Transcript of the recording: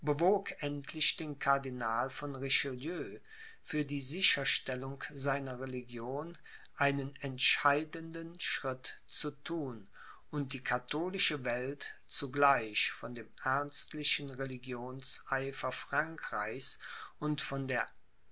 endlich den cardinal von richelieu für die sicherstellung seiner religion einen entscheidenden schritt zu thun und die katholische welt zugleich von dem ernstlichen religionseifer frankreichs und von der